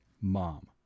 mom